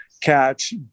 catch